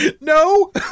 No